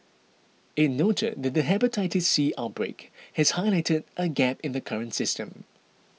it noted that the Hepatitis C outbreak has highlighted a gap in the current system